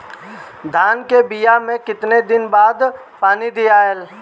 धान के बिया मे कितना दिन के बाद पानी दियाला?